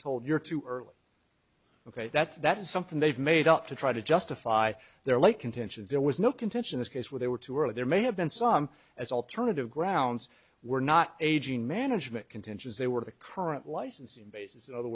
told you're too early ok that's that's something they've made up to try to justify their late contention there was no contention this case where there were two or there may have been some as alternative grounds were not aging management contentions they were the current licensing bases other